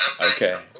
Okay